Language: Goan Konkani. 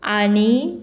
आनी